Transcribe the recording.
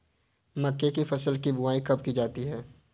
मक्के की फसल की बुआई कब की जाती है?